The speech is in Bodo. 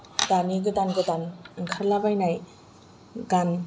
दानि गोदान गोदान ओंखारलाबायनाय गान